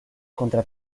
contra